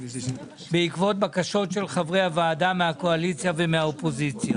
בעקבות בקשות של חברי הוועדה מהקואליציה ומהאופוזיציה.